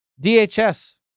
DHS